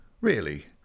Really